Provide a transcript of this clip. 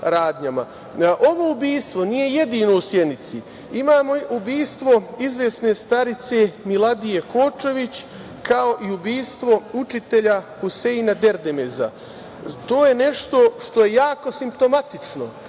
ubistvo nije jedino u Sjenici. Imamo ubistvo izvesne starice Miladije Kočović, kao i ubistvo učitelja Huseina Derdemeza. To je nešto što je jako simptomatično